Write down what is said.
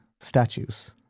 statues